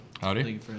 Howdy